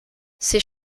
ces